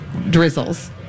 drizzles